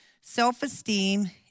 self-esteem